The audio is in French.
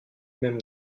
même